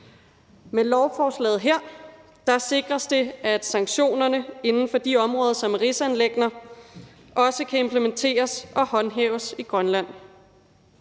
Med lovforslaget her sikres det, at sanktionerne inden for de områder, som er rigsanliggender, også kan implementeres og håndhæves i Grønland.